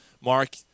Mark